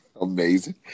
Amazing